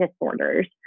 disorders